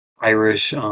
Irish